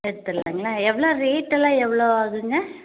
எடுத்துடலாங்களா எவ்வளோ ரேட்டெல்லாம் எவ்வளோ ஆகுதுங்க